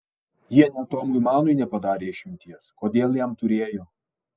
jie net tomui manui nepadarė išimties kodėl jam turėjo